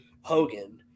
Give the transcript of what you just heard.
Hogan